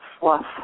fluff